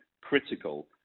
critical